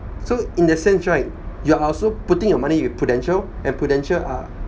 so in that sense right you're also putting your money with Prudential and Prudential are